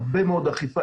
הרבה מאוד אכיפה.